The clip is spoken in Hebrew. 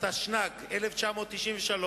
התשנ"ג-1993,